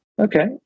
Okay